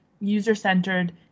user-centered